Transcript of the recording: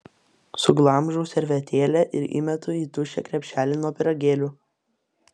suglamžau servetėlę ir įmetu į tuščią krepšelį nuo pyragėlių